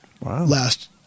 last